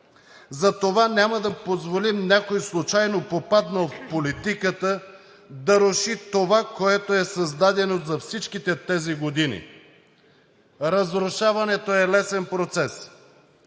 Затова няма да позволим някой случайно попаднал в политиката да руши това, което е създадено за всичките тези години. Разрушаването е лесен процес,